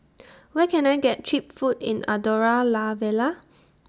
Where Can I get Cheap Food in Andorra La Vella